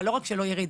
אבל לא רק שלא ירד,